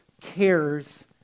cares